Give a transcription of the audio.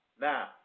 Now